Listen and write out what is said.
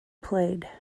played